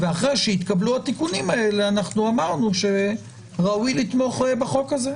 ואחרי שהתקבלו התיקונים האלה אנחנו אמרנו שראוי לתמוך בחוק הזה,